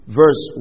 verse